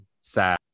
sad